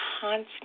constant